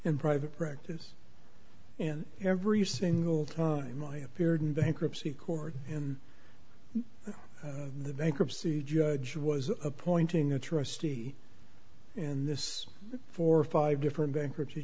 in private practice and every single time i appeared in bankruptcy court and the bankruptcy judge was appointing a trustee and this four or five different bankruptcy